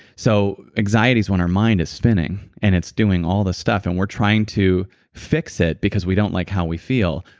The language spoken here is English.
so, anxiety is when our mind is spinning and it's doing all the stuff, and we're trying to fix it because we don't like how we feel,